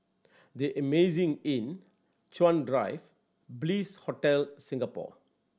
The Amazing Inn Chuan Drive Bliss Hotel Singapore